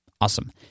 Awesome